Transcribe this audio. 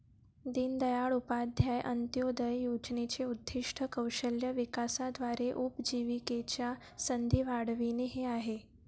दीनदयाळ उपाध्याय अंत्योदय योजनेचे उद्दीष्ट कौशल्य विकासाद्वारे उपजीविकेच्या संधी वाढविणे हे आहे